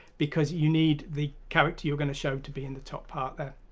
because you need the character you're going to show to be in the top part there.